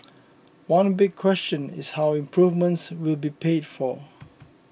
one big question is how improvements will be paid for